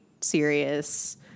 serious